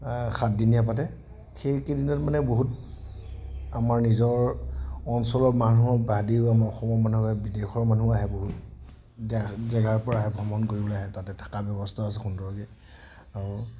সাতদিনীয়া পাতে সেইকেইদিনত মানে বহুত আমাৰ নিজৰ অঞ্চলৰ মানুহৰ বাদেও আমাৰ অসমৰ মানুহ বিদেশৰ মানুহো আহে বহুত জেগাৰ পৰা আহে ভ্ৰমণ কৰিবলৈ আহে তাতে থকাৰ ব্যৱস্থা আছে সুন্দৰকৈ আৰু